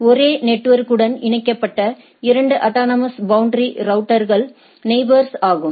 ஒரே நெட்வொர்க்குடன் இணைக்கப்பட்ட இரண்டு அட்டானமஸ் பௌண்டரி ரவுட்டர்கள் நெயிபோர்ஸ் ஆகும்